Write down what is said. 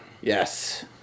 Yes